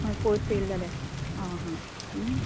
हय पोस्ट येले जाल्यार आं आं